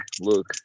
look